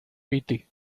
piti